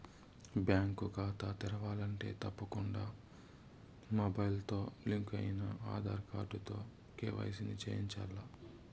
bank కాతా తెరవాలంటే తప్పకుండా మొబయిల్తో లింకయిన ఆదార్ కార్డుతో కేవైసీని చేయించాల్ల